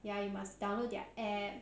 ya you must download their app~